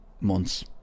months